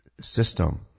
system